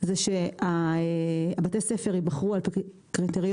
זה שבתי הספר ייבחרו על פי קריטריונים